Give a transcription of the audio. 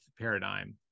paradigm